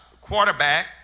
quarterback